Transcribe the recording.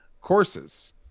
courses